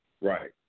Right